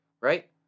right